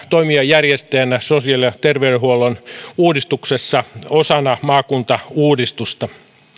toimia järjestäjänä sosiaali ja terveydenhuollon uudistuksessa osana maakuntauudistusta